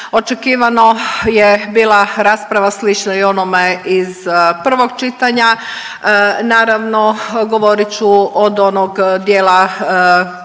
Očekivano je bila rasprava slična i onome iz prvog čitanja. Naravno govorit ću od onog dijela